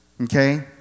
okay